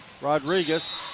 Rodriguez